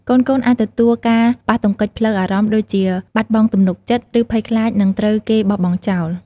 កូនៗអាចទទួលការប៉ះទង្គិចផ្លូវអារម្មណ៍ដូចជា បាត់បង់ទំនុកចិត្ត ឬភ័យខ្លាចនឹងត្រូវគេបោះបង់ចោល។